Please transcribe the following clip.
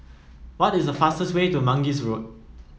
what is the fastest way to Mangis Road